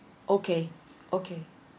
okay okay